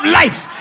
life